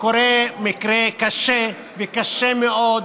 כשקורה מקרה קשה, וקשה מאוד,